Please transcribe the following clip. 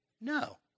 no